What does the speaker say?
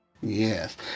Yes